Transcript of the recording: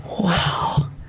Wow